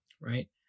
right